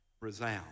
resound